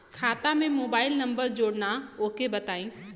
खाता में mobile number जोड़ना ओके बताई?